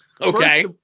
Okay